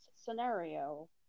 scenario